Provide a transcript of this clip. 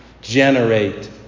generate